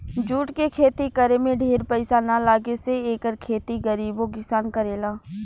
jute के खेती करे में ढेर पईसा ना लागे से एकर खेती गरीबो किसान करेला